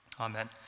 Amen